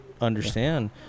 understand